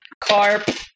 Carp